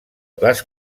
les